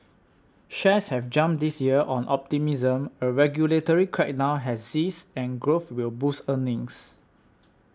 shares have jumped this year on optimism a regulatory crackdown has eased and growth will boost earnings